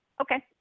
okay